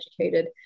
educated